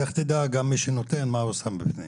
לך תדע מי שנותן מה הוא שם בפנים.